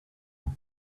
sets